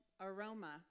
aroma